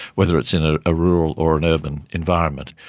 whether it's in a ah rural or an urban environment.